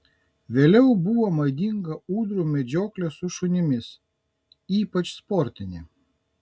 vėliau buvo madinga ūdrų medžioklė su šunimis ypač sportinė